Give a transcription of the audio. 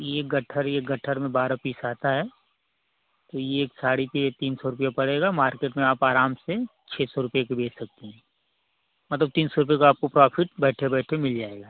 यह एक गट्ठर एक गट्ठर में बारह पीस आता है तो यह एक साड़ी पर तीन सौ रुपये पड़ेगा मार्केट में आप आराम से छः सौ रुपये के बेच सकती हैं मतलब तीन सौ रुपए का आपको प्राफिट बैठे बैठे मिल जाएगा